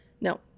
No